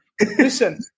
Listen